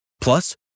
Plus